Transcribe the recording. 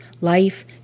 life